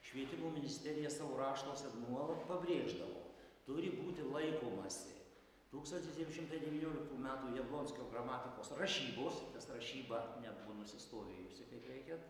švietimo ministerija savo raštuose nuolat pabrėždavo turi būti laikomasi tūkstantis devyni šimtai devynioliktų metų jablonskio gramatikos rašybos nes rašyba nebuvo nusistovėjusi kaip reikiant